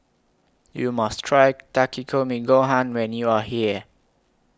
YOU must Try Takikomi Gohan when YOU Are here